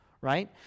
right